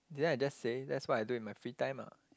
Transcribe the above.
didn't I just say that's what I do in my free time ah